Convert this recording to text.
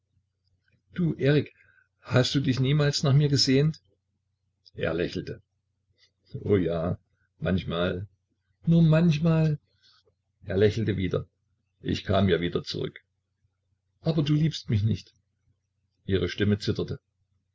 du erik hast du dich niemals nach mir gesehnt er lächelte o ja manchmal nur manchmal er lächelte wieder ich kam ja wieder zurück aber du liebst mich nicht ihre stimme zitterte